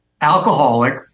alcoholic